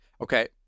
Okay